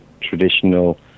traditional